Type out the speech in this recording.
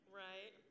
right